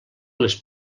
les